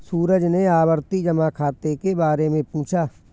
सूरज ने आवर्ती जमा खाता के बारे में पूछा